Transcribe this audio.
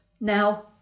now